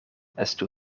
estu